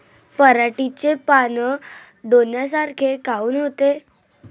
पराटीचे पानं डोन्यासारखे काऊन होते?